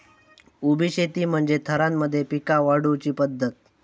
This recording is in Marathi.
उभी शेती म्हणजे थरांमध्ये पिका वाढवुची पध्दत